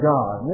God